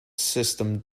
system